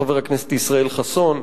חבר הכנסת ישראל חסון,